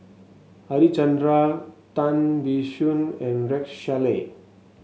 Harichandra Tan Biyun and Rex Shelley